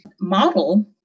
model